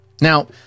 Now